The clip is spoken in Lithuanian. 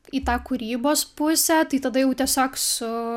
į tą kūrybos pusę tai tada jau tiesiog su